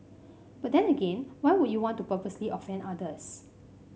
but then again why would you want to purposely offend others